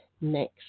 next